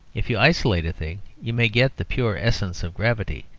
if you isolate a thing, you may get the pure essence of gravity.